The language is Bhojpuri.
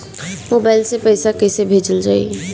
मोबाइल से पैसा कैसे भेजल जाइ?